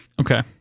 okay